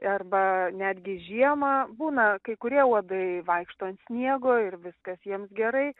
arba netgi žiemą būna kai kurie uodai vaikšto ant sniego ir viskas jiems gerai